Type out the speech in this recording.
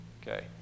okay